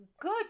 good